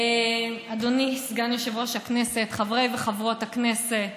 אדוני סגן יושב-ראש הכנסת, חברי וחברות הכנסת,